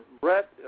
Brett